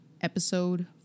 episode